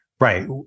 right